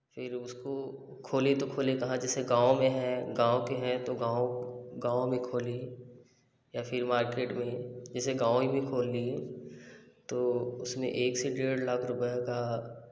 फिर उसको खोलें तो खोले कहाँ जैसे गाँव में है गाँव के हैं तो गाँव गाँव में खोलें या फिर मार्केट में जैसे गाँव ही में खोल ली है तो उसमें एक से डेढ़ लाख रुपए का